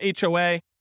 HOA